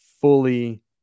fully